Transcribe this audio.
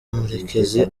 murekezi